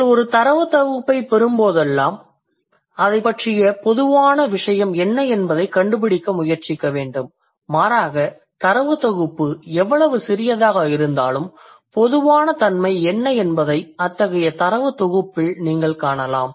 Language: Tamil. நீங்கள் ஒரு தரவுத்தொகுப்பைப் பெறும்போதெல்லாம் அதைப் பற்றிய பொதுவான விசயம் என்ன என்பதைக் கண்டுபிடிக்க முயற்சிக்க வேண்டும் மாறாக தரவுத் தொகுப்பு எவ்வளவு சிறியதாக இருந்தாலும் பொதுவான தன்மை என்ன என்பதை அத்தகைய தரவுத் தொகுப்பில் நீங்கள் காணலாம்